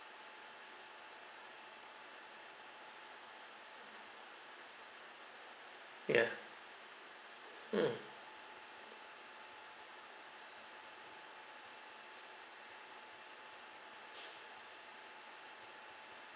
ya mm